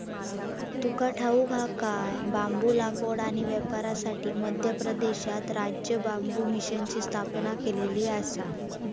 तुका ठाऊक हा काय?, बांबू लागवड आणि व्यापारासाठी मध्य प्रदेशात राज्य बांबू मिशनची स्थापना केलेली आसा